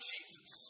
Jesus